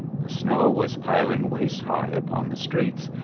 the snow was piling waist high upon the streets,